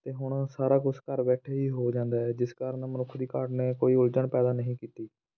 ਅਤੇ ਹੁਣ ਸਾਰਾ ਕੁਛ ਘਰ ਬੈਠੇ ਹੀ ਹੋ ਜਾਂਦਾ ਹੈ ਜਿਸ ਕਾਰਨ ਮਨੁੱਖ ਦੀ ਕਾਢ ਨੇ ਕੋਈ ਉਲਝਣ ਪੈਦਾ ਨਹੀਂ ਕੀਤੀ